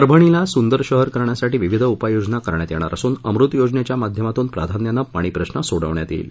परभणीला सुंदर शहर करण्यासाठी विविध उपाययोजना करण्यात येणार असून अमृत योजनेच्या माध्यमातून प्राधान्यानं पाणीप्रश्न सोडवण्यात येईल